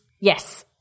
yes